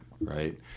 right